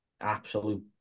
Absolute